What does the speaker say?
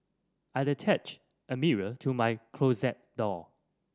I attached a mirror to my closet door